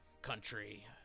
country